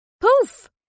Poof